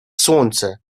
słońce